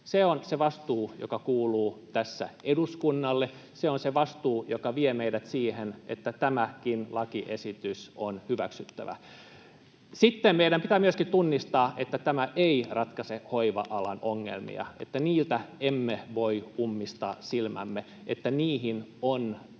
Se on se vastuu, joka kuuluu tässä eduskunnalle. Se on se vastuu, joka vie meidät siihen, että tämäkin lakiesitys on hyväksyttävä. Sitten meidän pitää myöskin tunnistaa, että tämä ei ratkaise hoiva-alan ongelmia, että niiltä emme voi ummistaa silmiämme, että niihin on tartuttava.